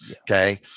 Okay